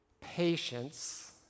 patience